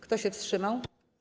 Kto się wstrzymał?